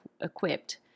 equipped